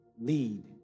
Lead